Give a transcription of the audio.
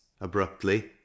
abruptly